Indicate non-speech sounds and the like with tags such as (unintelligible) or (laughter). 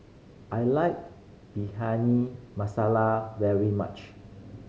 I like (unintelligible) masala very much